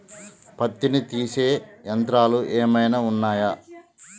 పత్తిని తీసే యంత్రాలు ఏమైనా ఉన్నయా?